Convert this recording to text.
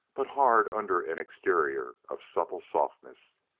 but hard under an exterior of supple softness.